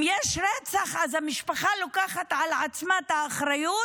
אם יש רצח, אז המשפחה לוקחת על עצמה את האחריות